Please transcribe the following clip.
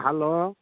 hello